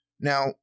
Now